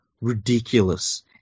ridiculous